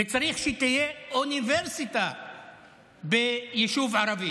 וצריך שתהיה אוניברסיטה ביישוב ערבי.